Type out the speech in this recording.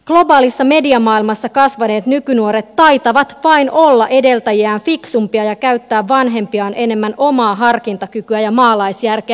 globaalissa mediamaailmassa kasvaneet nykynuoret taitavat vain olla edeltäjiään fiksumpia ja käyttää vanhempiaan enemmän omaa harkintakykyä ja maalaisjärkeä